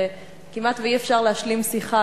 שכמעט אי-אפשר להשלים שיחה,